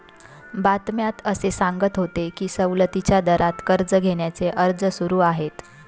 बातम्यात असे सांगत होते की सवलतीच्या दरात कर्ज घेण्याचे अर्ज सुरू आहेत